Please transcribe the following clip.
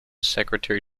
secretary